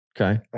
Okay